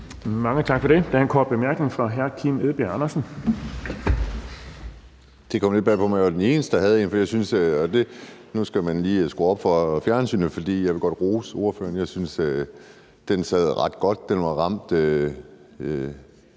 Mange tak for det. Der er en kort bemærkning fra hr. Kim Edberg Andersen. Kl. 18:52 Kim Edberg Andersen (NB): Det kom lidt bag på mig, at jeg var den eneste, der havde en kort bemærkning, for jeg synes – og nu skal man lige skrue op for fjernsynet, for jeg vil godt rose ordføreren – den sad ret godt. Den ramte